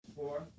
Four